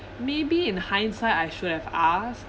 maybe in hindsight I should have asked